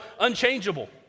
unchangeable